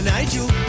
Nigel